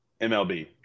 MLB